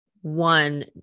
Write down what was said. one